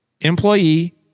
employee